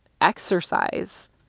Exercise